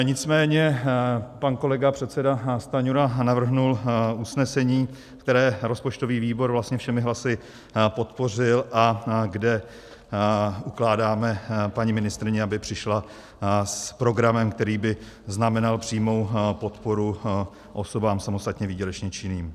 Nicméně pan kolega předseda Stanjura navrhl usnesení, které rozpočtový výbor všemi hlasy podpořil a kde ukládáme paní ministryni, aby přišla s programem, který by znamenal přímou podporu osobám samostatně výdělečně činným.